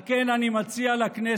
על כן, אני מציע לכנסת